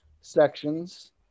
sections